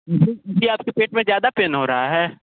जी जी आपके पेट में ज़्यादा पेन हो रहा है